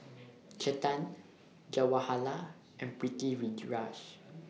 Chetan Jawaharlal and Pritiviraj